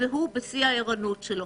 בשיא הערנות שלו.